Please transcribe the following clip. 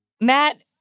Matt